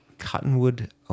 Cottonwood